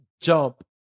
jump